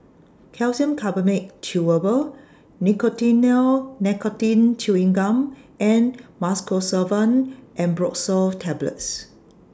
Calcium Carbonate Chewable Nicotinell Nicotine Chewing Gum and Mucosolvan Ambroxol Tablets